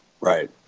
Right